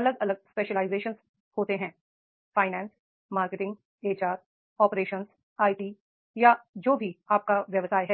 अलग अलग स्पेशलाइजेशन होती हैं finance marketing H R operation I T या जो भी आपका व्यवसाय है